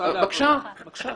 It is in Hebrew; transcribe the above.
משרד העבודה.